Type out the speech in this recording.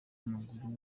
w’amaguru